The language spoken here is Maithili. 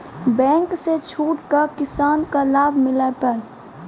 बैंक से छूट का किसान का लाभ मिला पर?